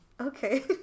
Okay